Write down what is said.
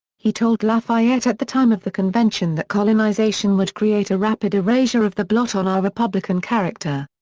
he told lafayette at the time of the convention that colonization would create a rapid erasure of the blot on our republican character.